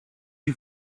you